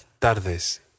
TARDES